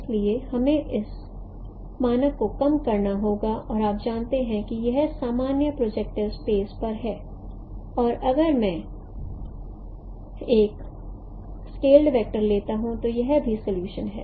इसलिए हमें इस मानक को कम करना होगा और आप जानते हैं कि यह समाधान प्रोजेक्टिव स्पेस पर है और अगर मैं एक स्केल्ड वेक्टर लेता हूं तो वह भी सोलोयूशन है